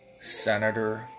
senator